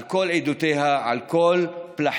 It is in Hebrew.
על כל עדותיה, על כל פלחיה,